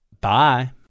Bye